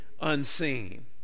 unseen